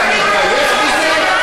אתה מתבייש בזה?